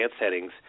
settings